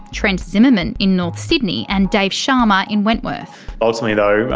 trent zimmerman in north sydney, and dave sharma in wentworth. ultimately, though,